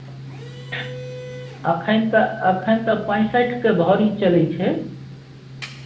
एखन तऽ एखन तऽ पैँसठिके भरी चलै छै